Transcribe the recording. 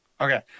Okay